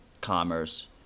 commerce